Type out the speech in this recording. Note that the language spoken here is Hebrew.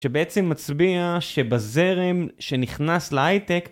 שבעצם מצביע שבזרם שנכנס להייטק